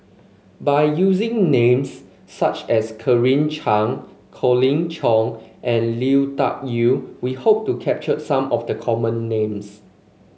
by using names such as Claire Chiang Colin Cheong and Lui Tuck Yew we hope to capture some of the common names